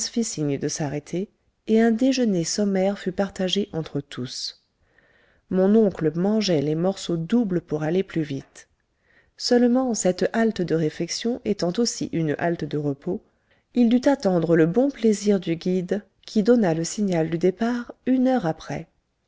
signe de s'arrêter et un déjeuner sommaire fut partagé entre tous mon oncle mangeait les morceaux doubles pour aller plus vite seulement cette halte de réfection étant aussi une halte de repos il dut attendre le bon plaisir du guide qui donna le signal du départ une heure après